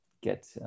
get